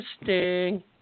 Interesting